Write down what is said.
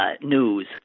News